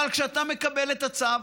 אבל כשאתה מקבל את הצו,